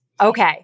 Okay